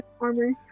armor